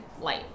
Light